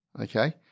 Okay